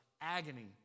agony